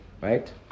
Right